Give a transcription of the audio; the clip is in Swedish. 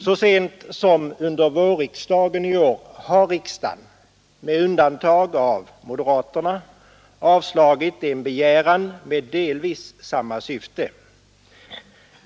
Så sent som under vårriksdagen i år har riksdagen — de enda som röstade för var moderaterna — avslagit en begäran med delvis samma syfte.